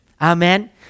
Amen